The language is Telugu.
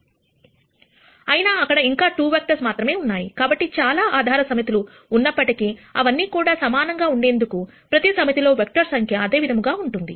అయినా అక్కడ ఇంకా 2 వెక్టర్స్ మాత్రమే ఉన్నాయి కాబట్టి చాలా ఆధార సమితులు ఉన్నప్పటికీ అవన్నీ కూడా సమానంగా ఉండేందుకు ప్రతి సమితి లో వెక్టర్స్ సంఖ్య అదే విధముగా ఉంటుంది